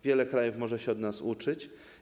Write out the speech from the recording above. Wiele krajów może się od nas uczyć.